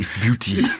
Beauty